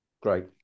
great